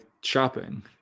shopping